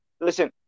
listen